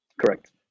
Correct